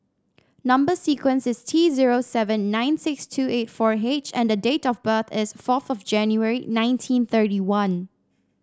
number sequence is T zero seven nine six two eight four H and the date of birth is fourth of January nineteen thirty one